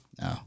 No